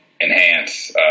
enhance